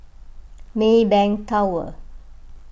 Maybank Tower